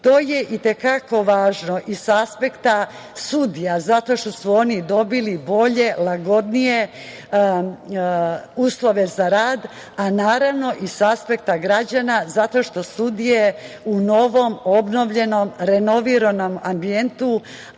To je i te kako važno i sa apsekta sudija zato što su oni dobili bolje, lagodnije uslove za rad, a naravno i sa aspekta građana zato što sudije u novom, obnovljenom, renoviranom ambijentu,